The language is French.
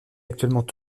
actuellement